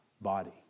body